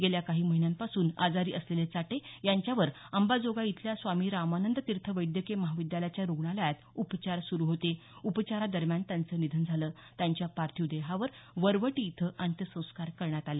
गेल्या काही महिन्यांपासून आजारी असलेले चाटे यांच्यावर अंबाजोगाई इथल्या स्वामी रामानंद तीर्थ वैद्यकीय महाविद्यालयाच्या रुग्णालयात उपचार सुरू होते उपचारादरम्यान त्यांचं निधन झालं त्यांच्या पार्थिव देहावर वरवटी इथं अंत्यसंस्कार करण्यात आले